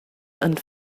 and